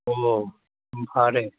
ꯑꯣ ꯌꯥꯝ ꯐꯔꯦ